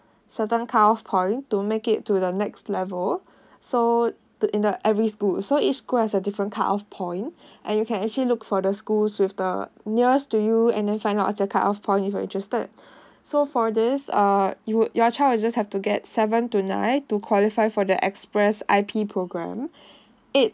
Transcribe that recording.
certain cut off point to make it to the next level so the in the every school so each school has a different cut off point and you can actually look for the schools with the nearest to you and then find out the cut off point if you're interested so for this err you would you r child would just have to get seven to nine to qualify for the express I_P programme eight